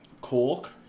cork